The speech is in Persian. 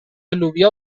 لوبیا